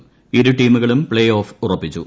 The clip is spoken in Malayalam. ്ക് ഇരു ടീമുകളും പ്ലേ ഓഫ് ഉറപ്പിച്ചു